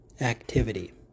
activity